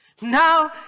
Now